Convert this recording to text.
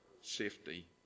safety